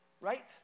Right